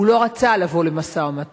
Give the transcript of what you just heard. הוא לא רצה לבוא למשא-ומתן.